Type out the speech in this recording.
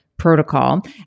protocol